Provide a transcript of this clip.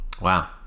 Wow